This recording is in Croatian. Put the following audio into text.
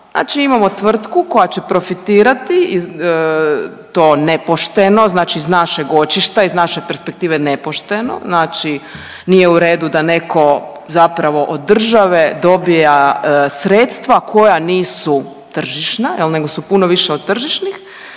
imamo tvrtku koja će profitirati i to nepošteno, znači iz našeg očišta i iz naše perspektive nepošteno, znači nije u redu da neko zapravo od države dobija sredstva koja nisu tržišna jel nego su puno više od tržišnih,